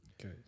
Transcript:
okay